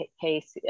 case